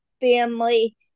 family